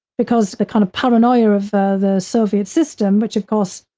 because the kind of paranoia of ah the soviet system, which of course,